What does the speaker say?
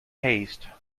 haste